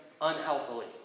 unhealthily